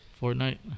Fortnite